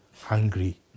hungry